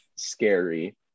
scary